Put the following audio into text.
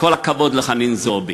"כל הכבוד לחנין זועבי".